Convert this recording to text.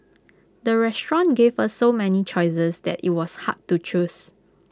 the restaurant gave A so many choices that IT was hard to choose